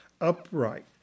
upright